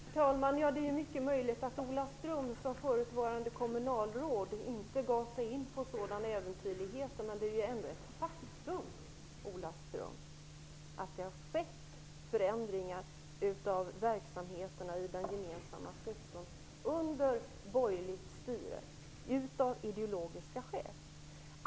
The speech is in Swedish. Herr talman! Det är mycket möjligt att Ola Ström som förutvarande kommunalråd inte gav sig in på sådana här äventyrligheter. Ändå är det ett faktum, Ola Ström, att det under borgerligt styre av ideologiska skäl har skett förändringar av verksamheterna i den gemensamma sektorn.